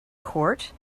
court